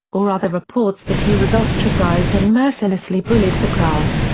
or other reports that he was ostracized and mercilessly bullied for class,